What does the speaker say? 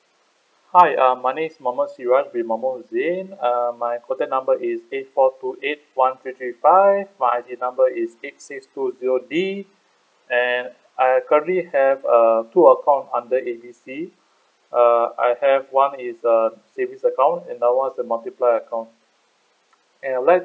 hi uh my name is mohammad siraj bin mohommad hussin uh my contact number is eight four two eight one three three five my I_D is number is eight six two zero D and I probably have uh two accounts under A B C uh I have one is uh savings account and another one is the multiplier account and I would like